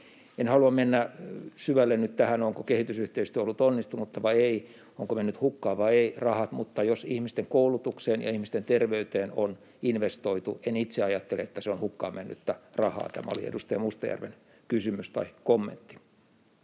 En halua mennä nyt syvälle tähän, onko kehitysyhteistyö ollut onnistunutta vai ei, ovatko rahat menneet hukkaan vai eivät, mutta jos ihmisten koulutukseen ja ihmisten terveyteen on investoitu, en itse ajattele, että se on hukkaan mennyttä rahaa. Tämä oli edustaja Mustajärven kysymys tai kommentti.